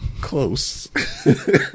close